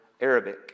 Arabic